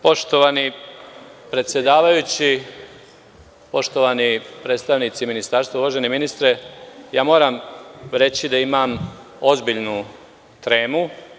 Poštovani predsedavajući, poštovani predstavnici ministarstva, uvaženi ministre, moram reći da imam ozbiljnu tremu.